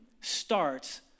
starts